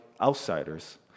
outsiders